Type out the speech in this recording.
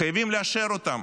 חייבים לאשר אותם.